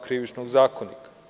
Krivičnog zakonika.